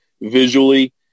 visually